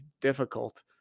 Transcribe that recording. difficult